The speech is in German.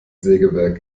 sägewerk